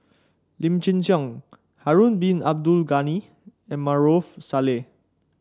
Lim Chin Siong Harun Bin Abdul Ghani and Maarof Salleh